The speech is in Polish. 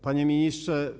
Panie Ministrze!